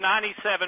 97%